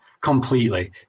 completely